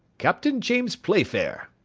captain james playfair.